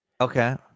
Okay